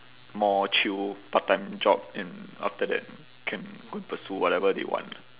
more chill part time job and after that can go and pursue whatever they want